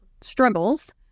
struggles